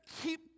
keep